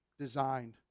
designed